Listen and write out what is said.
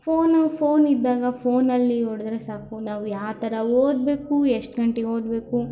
phone phone ಇದ್ದಾಗ ಫೋನಲ್ಲಿ ಹೊಡೆದ್ರೆ ಸಾಕು ನಾವು ಯಾವ್ತರ ಓದಬೇಕು ಎಷ್ಟು ಗಂಟೆಗೆ ಓದಬೇಕು